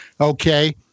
Okay